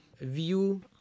view